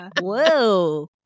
Whoa